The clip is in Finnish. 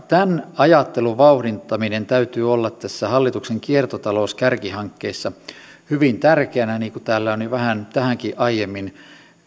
tämän ajattelun vauhdittamisen täytyy olla tässä hallituksen kiertotalouskärkihankkeessa hyvin tärkeänä niin kuin täällä on jo vähän tähänkin aiemmin